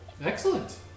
Excellent